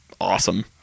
awesome